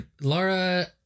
Laura